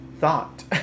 thought